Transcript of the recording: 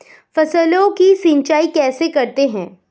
फसलों की सिंचाई कैसे करते हैं?